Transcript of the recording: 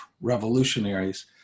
Revolutionaries